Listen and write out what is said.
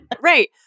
Right